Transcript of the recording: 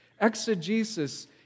Exegesis